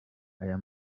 aya